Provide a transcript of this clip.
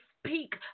speak